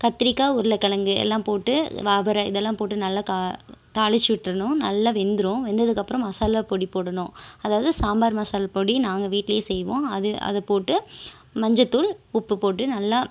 கத்திரிகாய் உருளக்கிழங்கு எல்லாம் போட்டு அவரை இதெல்லாம் போட்டு நல்லா கா தாளிச்சிவிட்ரணும் நல்லா வெந்துடும் வெந்ததுக்கப்புறம் மசாலா பொடி போடணும் அதாவது சாம்பார் மசால் பொடி நாங்கள் வீட்டிலயே செய்வோம் அது அது போட்டு மஞ்சள்தூள் உப்பு போட்டு நல்லா